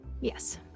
yes